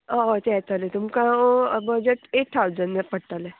हय तें येतलें तुमकां बजट एट थावजंड पडटलें